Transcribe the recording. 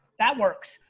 that works.